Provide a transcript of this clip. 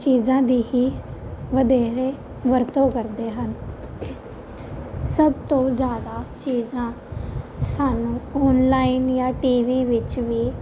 ਚੀਜ਼ਾਂ ਦੀ ਹੀ ਵਧੇਰੇ ਵਰਤੋਂ ਕਰਦੇ ਹਨ ਸਭ ਤੋਂ ਜ਼ਿਆਦਾ ਚੀਜ਼ਾਂ ਸਾਨੂੰ ਆਨਲਾਈਨ ਜਾਂ ਟੀ ਵੀ ਵਿੱਚ ਵੀ